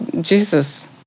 Jesus